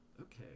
okay